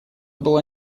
была